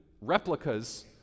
replicas